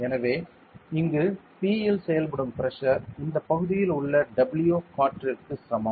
எனவே இங்கு P இல் செயல்படும் பிரஷர் இந்தப் பகுதியில் உள்ள W காற்றிற்குச் சமம்